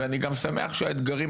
ואני גם שמח שאתם מזהים ומטפלים באתגרים